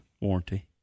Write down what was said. warranty